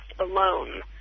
alone